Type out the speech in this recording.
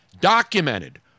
documented